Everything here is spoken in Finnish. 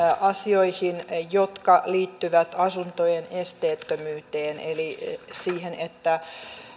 asioihin jotka liittyvät asuntojen esteettömyyteen eli siihen että